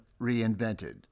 reinvented